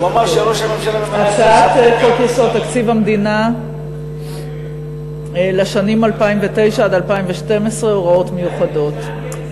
הצעת חוק-יסוד: תקציב המדינה לשנים 2009 עד 2012 (הוראות מיוחדות)